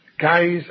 Guys